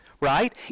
right